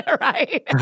right